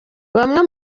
bamwe